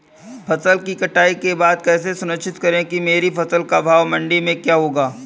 फसल की कटाई के बाद कैसे सुनिश्चित करें कि मेरी फसल का भाव मंडी में क्या होगा?